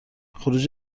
خروج